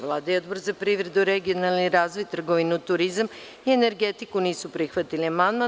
Vlada i Odbor za privredu, regionalni razvoj, trgovinu, turizam i energetiku nisu prihvatili amandman.